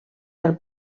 del